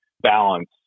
balance